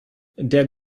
der